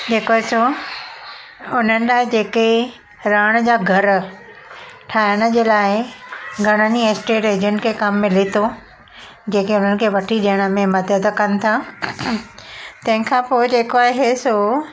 जेको आहे सो उन्हनि लाइ जेके रहण जा घर ठाहिण जे लाइ घणनि ई स्टेट एजेंट खे कमु मिले थो जेके हुननि खे वठी ॾियण में मदद कनि था तंहिंखां पोइ जेको आहे सो